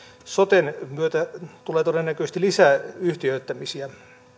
soten myötä tulee todennäköisesti lisää yhtiöittämisiä